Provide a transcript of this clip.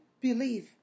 believe